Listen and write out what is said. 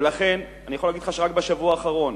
ולכן אני יכול להגיד לך שרק בשבוע האחרון